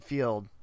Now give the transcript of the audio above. Field